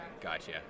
Gotcha